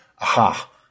aha